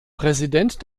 präsident